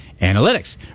Analytics